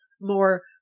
more